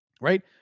Right